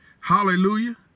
Hallelujah